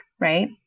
right